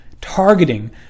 targeting